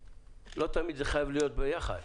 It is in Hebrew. לא תמיד זה חייב להיות יחד.